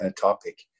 topic